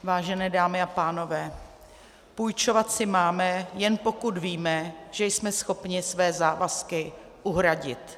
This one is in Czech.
Vážené dámy a pánové, půjčovat si máme, jen pokud víme, že jsme schopni své závazky uhradit.